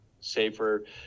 safer